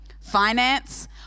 finance